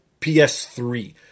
PS3